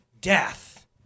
death